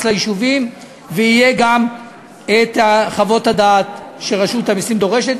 ליישובים וגם חוות הדעת שרשות המסים דורשת,